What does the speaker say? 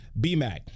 bmac